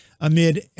amid